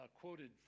quoted